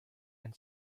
and